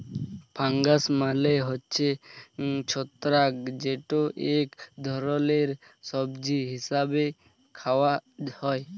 fungus মালে হছে ছত্রাক যেট ইক ধরলের সবজি হিসাবে খাউয়া হ্যয়